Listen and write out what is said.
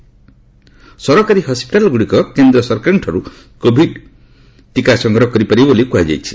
ବେସରକାରୀ ହସ୍କିଟାଲଗୁଡ଼ିକ କେନ୍ଦ୍ର ସରକାରଙ୍କଠାରୁ କୋଭିଡ ଟିକା ସଂଗ୍ରହ କରିପାରିବେ ବୋଲି କୁହାଯାଇଛି